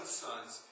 sons